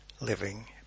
living